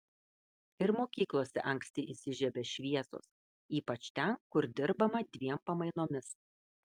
ir mokyklose anksti įsižiebia šviesos ypač ten kur dirbama dviem pamainomis